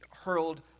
hurled